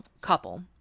couple